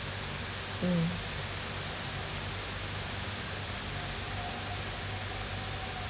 mm